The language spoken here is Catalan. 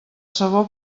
sabó